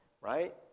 right